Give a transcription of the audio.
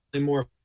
more –